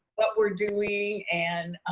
what we're doing and